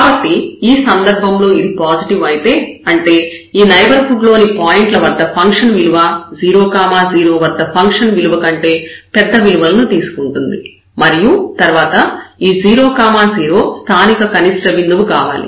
కాబట్టి ఈ సందర్భంలో ఇది పాజిటివ్ అయితే అంటే ఈ నైబర్హుడ్ లోని పాయింట్ల వద్ద ఫంక్షన్ విలువ 0 0 వద్ద ఫంక్షన్ విలువ కంటే పెద్ద విలువలను తీసుకుంటుంది మరియు తర్వాత ఈ 0 0 స్థానిక కనిష్ట బిందువు కావాలి